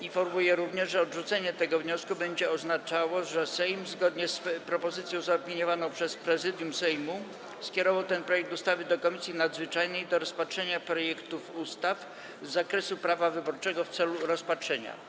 Informuję również, że odrzucenie tego wniosku będzie oznaczało, że Sejm, zgodnie z propozycją zaopiniowaną przez Prezydium Sejmu, skierował ten projekt ustawy do Komisji Nadzwyczajnej do rozpatrzenia projektów ustaw z zakresu prawa wyborczego w celu rozpatrzenia.